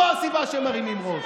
זו הסיבה שהם מרימים ראש.